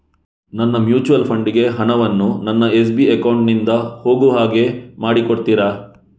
ನನ್ನ mutual fund ಗೆ ಹಣ ವನ್ನು ನನ್ನ ಎಸ್.ಬಿ ಅಕೌಂಟ್ ನಿಂದ ಹೋಗು ಹಾಗೆ ಮಾಡಿಕೊಡುತ್ತೀರಾ?